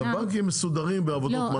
הבנקים מסודרים בעבודות מטה,